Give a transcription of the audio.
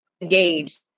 engaged